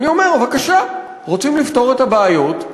אני אומר: בבקשה, רוצים לפתור את הבעיות?